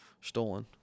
Stolen